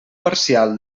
parcial